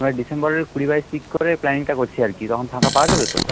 আর ডিসেম্বরের কুড়ি বাইশ দিক করে প্ল্যানিংটা করছি আর কি তখন ফাঁকা পাওয়া যাবে তো